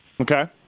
Okay